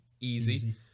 easy